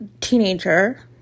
teenager